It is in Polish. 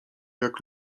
jak